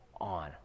on